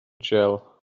gel